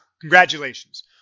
Congratulations